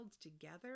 together